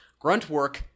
Gruntwork